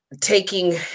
taking